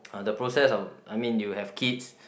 the process of I mean you have kids